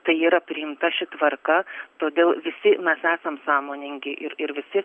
tai yra priimta ši tvarka todėl visi mes esam sąmoningi ir ir visi